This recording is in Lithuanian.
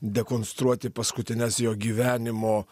dekonstruoti paskutines jo gyvenimo